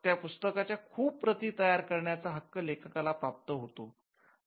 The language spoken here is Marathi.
त्या पुस्तकाच्या खूप प्रती तयार करण्याचा हक्क लेखकाला प्राप्त होतो